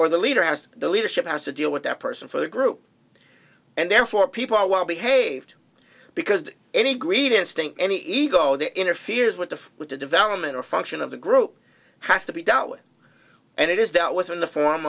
or the leader as the leadership has to deal with that person for the group and therefore people are well behaved because any greed instinct any ego that interferes with the with the development or function of the group has to be dealt with and it is that was in the form